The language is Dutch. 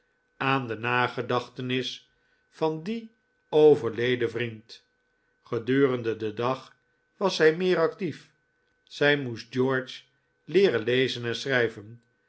aan de nagedachtenis van dien overleden vriend gedurende den dag was zij meer actief zij moest george leeren lezen en schrijven